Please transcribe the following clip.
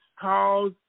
Cause